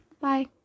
Bye